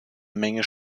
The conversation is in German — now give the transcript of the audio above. menge